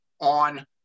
on